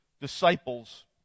disciples